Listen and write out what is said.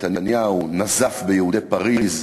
נתניהו נזף ביהודי פריז: